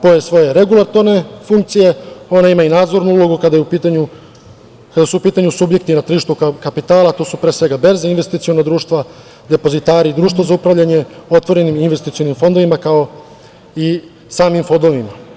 Pored svoje regulatorne funkcije, ona ima i nadzornu ulogu, kada je u pitanju, subjekti na tržištu kapitala, a to su pre svega berze investicionog društva, depozitari i društvo za upravljanje otvorenim investicionim fondovima, kao i samim fondovima.